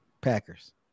Packers